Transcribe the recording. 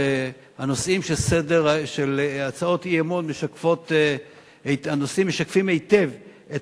והנושאים של הצעות אי-אמון משקפים היטב את